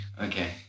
Okay